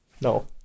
No